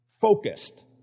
focused